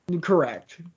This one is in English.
Correct